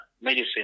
medicine